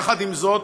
יחד עם זאת,